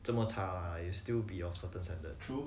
这么差啦 will still be of certain standard